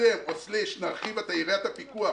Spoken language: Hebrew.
נצמצם/ נרחיב את יריעת הפיקוח